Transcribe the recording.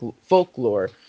folklore